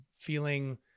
feeling